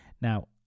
Now